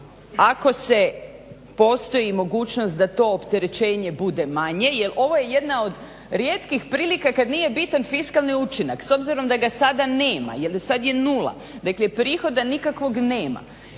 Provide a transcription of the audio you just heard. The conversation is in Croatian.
ako se postoji mogućnost da to opterećenje bude manje jer ovo je jedna od rijetkih prilika kad nije bitan fiskalni učinaka s obzirom da ga sada nema jer je sada nula, dakle prihoda nikakvog nema.